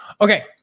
Okay